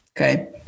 okay